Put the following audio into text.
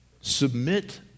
Submit